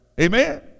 Amen